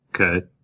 Okay